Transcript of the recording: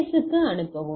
S க்கு அனுப்பவும்